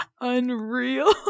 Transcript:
Unreal